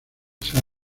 ser